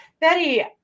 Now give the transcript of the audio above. Betty